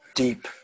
deep